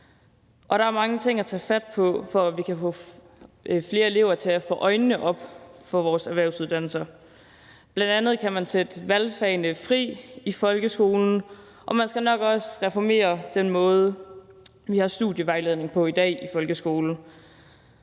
Der er mange ting at tage fat på, for at vi kan få flere elever til at få øjnene op for vores erhvervsuddannelser, bl.a. kan man sætte valgfagene fri i folkeskolen, og man skal nok også reformere den måde, vi har studievejledning på i dag i folkeskolen.